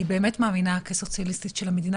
אני באמת מאמינה כסוציאליסטית של המדינה,